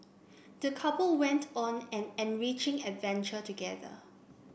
the couple went on an enriching adventure together